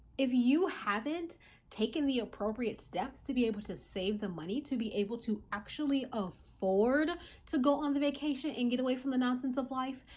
if you haven't taken the appropriate steps to be able to save the money, to be able to actually afford to go on the vacation and get away from the nonsense of life,